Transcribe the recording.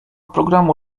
programu